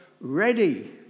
ready